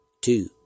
two